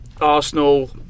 Arsenal